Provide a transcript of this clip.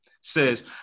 says